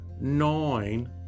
nine